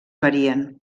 varien